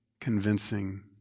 convincing